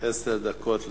עשר דקות לאדוני.